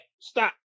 Stop